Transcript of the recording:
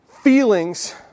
feelings